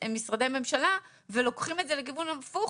משרדי ממשלה ולוקחים את זה לכיוון הפוך,